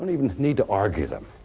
and even need to argue them.